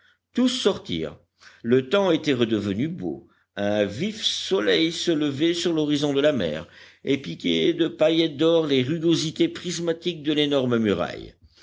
tous sortirent le temps était redevenu beau un vif soleil se levait sur l'horizon de la mer et piquait de paillettes d'or les rugosités prismatiques de l'énorme muraille